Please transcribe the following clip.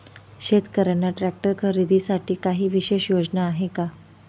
शेतकऱ्यांना ट्रॅक्टर खरीदीसाठी काही विशेष योजना आहे का?